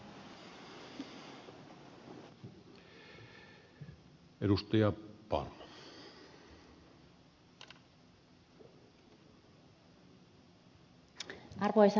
arvoisa puhemies